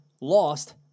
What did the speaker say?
lost